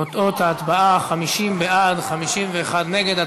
תוצאות ההצבעה: 50 בעד, 51 נגד.